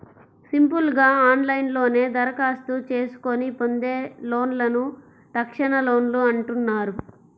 simple గా ఆన్లైన్లోనే దరఖాస్తు చేసుకొని పొందే లోన్లను తక్షణలోన్లు అంటున్నారు